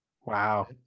wow